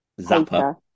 Zapper